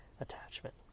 attachment